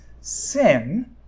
sin